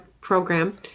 program